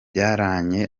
babyaranye